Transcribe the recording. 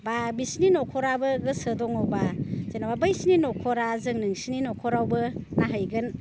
बा बिसिनि न'खराबो गोसो दङबा जेनेबा बैसिनि न'खरा जों नोंसिनि न'खरावबो नायहैगोन